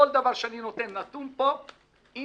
כל נתון שאני נותן פה אם